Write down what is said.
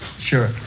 Sure